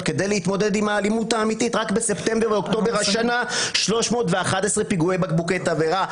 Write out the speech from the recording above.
לא לה ולא לאף אחד מתומכי הטרור שמשוטטים פה בבניין